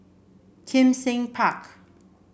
Kim Seng Park